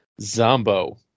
Zombo